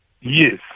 Yes